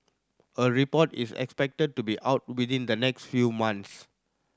a report is expected to be out within the next few months